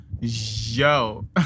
yo